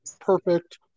perfect